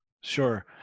Sure